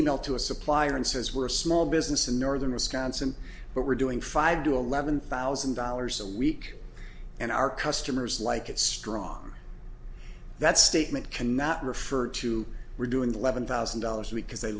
e mail to a supplier and says we're a small business in northern wisconsin but we're doing five to eleven thousand dollars a week and our customers like it stronger that statement cannot refer to we're doing the eleven thousand dollars a week because they